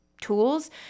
tools